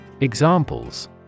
Examples